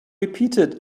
repeated